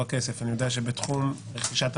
בחקיקה האמורה יש קושי משמעותי לבחון את ההשפעות